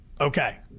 Okay